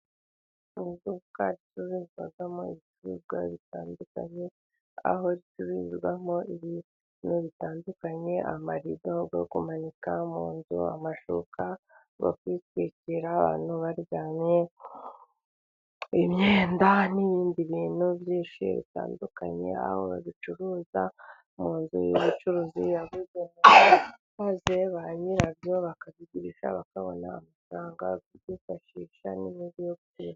Iduka bacururizamo ibicuruzwa bitandukanye, aho riucururizwamo ibintu bitandukanye amarido yo kumanika mu nzu, amashuka yo kwitwikira abantu baryamye, imyenda n'ibindi bintu byinshi bitandukanye, aho babicuruza mu nzu y'ubucuruzi, maze ba nyirabyo bakabigurisha bakabona amafaranga yo kwifashisha.........